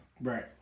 Right